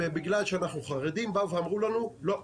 ובגלל שאנחנו חרדים באו ואמרו לנו 'לא,